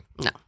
no